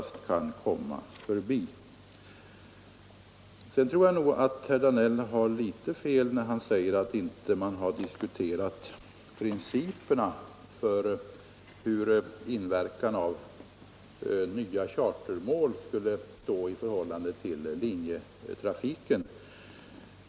Sedan tror jag också att herr Danell har litet fel när han säger att man inte har diskuterat principerna för nya chartermåls inverkan på linjetrafiken.